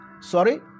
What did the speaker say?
Sorry